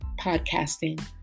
podcasting